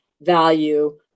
value